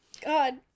God